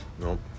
nope